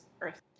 Earth